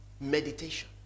meditation